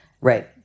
Right